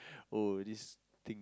oh this thing